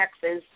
Texas